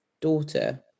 daughter